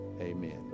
Amen